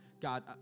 God